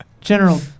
General